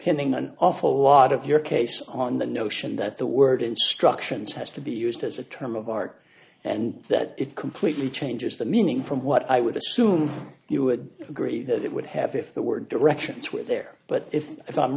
pinning an awful lot of your case on the notion that the word instructions has to be used as a term of art and that it completely changes the meaning from what i would assume you would agree that it would have if there were directions were there but if i